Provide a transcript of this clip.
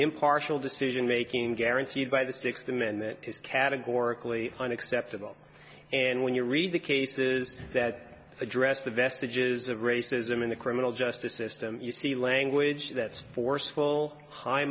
impartial decision making guaranteed by the fdic them and that is categorically unacceptable and when you read the cases that address the vestiges of racism in the criminal justice system you see language that forceful hi